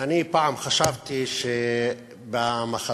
אני פעם חשבתי שבמחזה,